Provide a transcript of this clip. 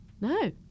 No